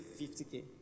50k